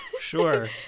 Sure